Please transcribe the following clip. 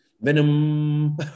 Venom